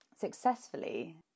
successfully